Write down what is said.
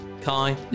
Kai